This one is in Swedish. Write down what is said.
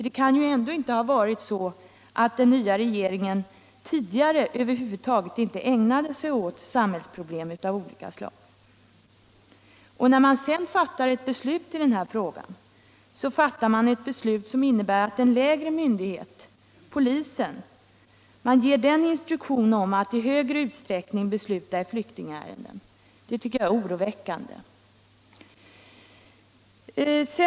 Det kan ju ändå inte ha varit så, att den nya regeringens ledamöter tidigare över huvud taget inte ägnade sig åt samhällsfrågor av olika slag. När man sedan fattar ett beslut i den här frågan, då ger man en lägre myndighet — polisen — instruktion att i större utsträckning besluta i flyktingärenden. Det tycker jag är oroväckande.